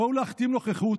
בואו להחתים נוכחות,